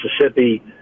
Mississippi